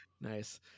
Nice